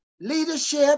leadership